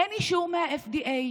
אין אישור מה-FDA,